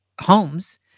homes